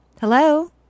Hello